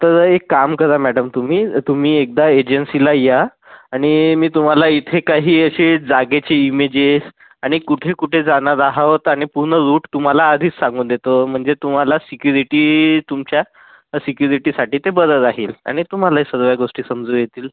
तर एक काम करा मॅडम तुम्ही तुम्ही एकदा एजन्सीला या आणि मी तुम्हाला इथे काही असे जागेची इमेजेस आणि कुठेकुठे जाणार आहोत आणि पूर्ण रूट तुम्हाला आधीच सांगून देतो म्हणजे तुम्हाला सिक्युरिटी तुमच्या सिक्युरिटीसाठी ते बरं राहील आणि तुम्हालाही सर्व गोष्टी समजून येतील